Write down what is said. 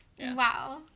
Wow